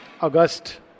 August